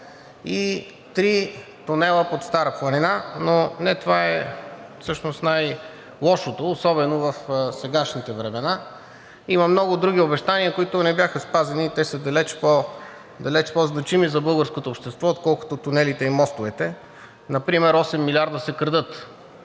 и три тунела под Стара планина. Но не това всъщност е най-лошото, особено в сегашните времена. Има много други обещания, които не бяха спазени и са далеч по-значими за българското общество, отколкото тунелите и мостовете, например 8 милиарда се крадат.